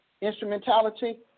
Instrumentality